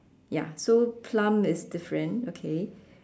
ya so plum is different okay